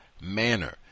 manner